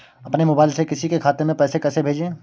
अपने मोबाइल से किसी के खाते में पैसे कैसे भेजें?